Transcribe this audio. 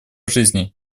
жизней